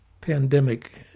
pandemic